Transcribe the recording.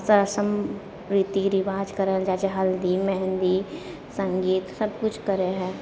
रसम रीति रिवाज करल जाइ छै हल्दी मेहन्दी सङ्गीत सभ किछु करै हइ